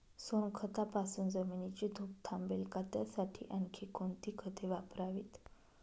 सोनखतापासून जमिनीची धूप थांबेल का? त्यासाठी आणखी कोणती खते वापरावीत?